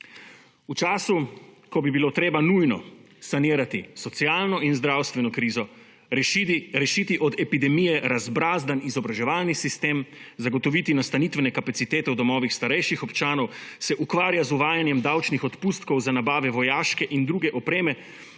V času ko bi bilo treba nujno sanirati socialno in zdravstveno krizo, 137. TRAK (VI) 20.45 (Nadaljevanje) rešiti od epidemije razbrazdan izobraževalni sistem, zagotoviti nastavitvene kapacitete v domovih starejših občanov, se ukvarja z uvajanjem davčnih odpustkov za nabave vojaške in druge opreme,